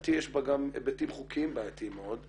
שלדעתי יש בה גם היבטים חוקיים בעייתיים מאוד,